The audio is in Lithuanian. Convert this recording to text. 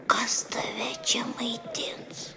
kas tave čia maitins